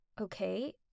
Okay